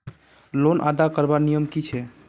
Loan अदा करवार नियम की छे?